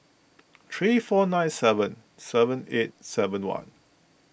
three four nine seven seven eight seven one